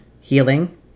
healing